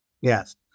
yes